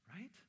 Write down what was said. right